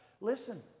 Listen